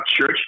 Church